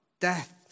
death